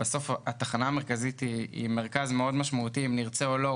והתחנה המרכזית היא מרכז משמעותי מאוד אם נרצה או לא,